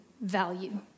value